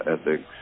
ethics